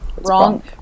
wrong